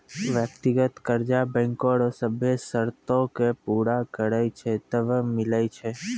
व्यक्तिगत कर्जा बैंको रो सभ्भे सरतो के पूरा करै छै तबै मिलै छै